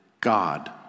God